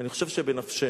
אני חושב שזה בנפשנו.